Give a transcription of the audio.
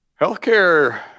Healthcare